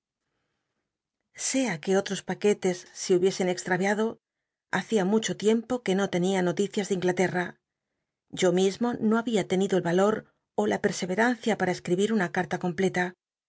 sea que otros paquetes se hubiesen cxtm iado hacia mucho tiempo que no tenia no licias de lnglitlcrra yo mismo no había ten ido el i'hior ó la pcrsel'crancia pam escribi r una carla completa